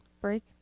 break